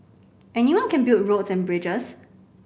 anyone can build roads and bridges